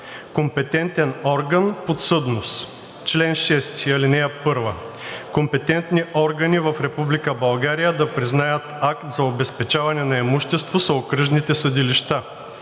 „Компетентен орган. Подсъдност Чл. 6. (1) Компетентни органи в Република България да признаят акт за обезпечаване на имущество са окръжните съдилища.